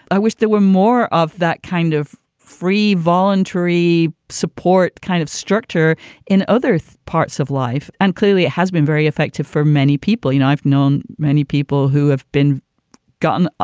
i wish there were more of that kind of free voluntary support kind of structure in other parts of life. and clearly, it has been very effective for many people. you know, i've known many people who have been gotten,